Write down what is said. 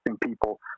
people